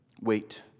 Wait